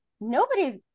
Nobody's